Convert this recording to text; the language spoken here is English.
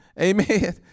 Amen